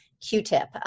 Q-tip